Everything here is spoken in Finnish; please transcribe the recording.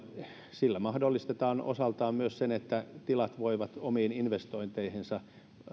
sillä mahdollistetaan osaltaan myös se että tilat voivat omiin investointeihinsa